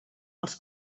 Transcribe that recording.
els